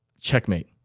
checkmate